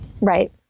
right